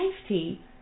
safety